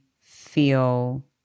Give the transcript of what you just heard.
feel